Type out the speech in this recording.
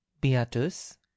Beatus